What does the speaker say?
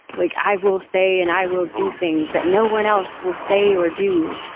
like i will say, and i will do things that no one else will say or do.